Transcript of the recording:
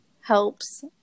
helps